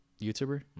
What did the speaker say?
YouTuber